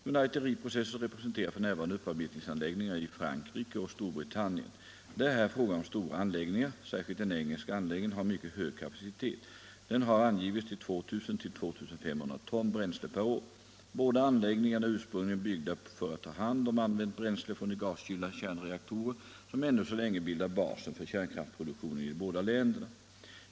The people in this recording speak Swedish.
United Reprocessors representerar f.n. upparbetningsanläggningar i Frankrike och Storbritannien. Det är här fråga om stora anläggningar. Särskilt den engelska anläggningen har en mycket hög kapacitet. Den har angivits till 2 000-2 500 ton bränsle per år. Båda anläggningarna är ursprungligen byggda för att ta hand om använt bränsle från de gaskylda kärnreaktorer som ännu så länge bildar basen för kärnkraftsproduktionen i de båda länderna.